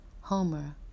Homer